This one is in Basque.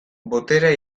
boterea